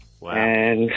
Wow